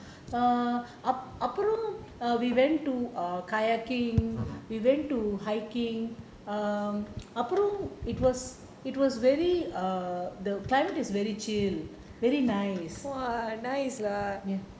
err அப்புறம்:apupram we went to err kayaking we went to hiking err அப்புறம்:appuram it was it was very err the climate is very chill very nice ya